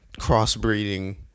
crossbreeding